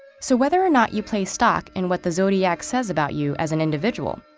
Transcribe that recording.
so whether or not you place stock in what the zodiac says about you as an individual,